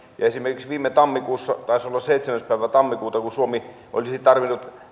esimerkiksi viime tammikuussa taisi olla seitsemäs päivä tammikuuta suomi tarvitsi